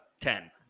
Ten